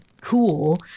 cool